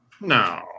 No